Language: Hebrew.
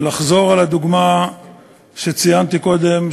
ולחזור על הדוגמה שציינתי קודם,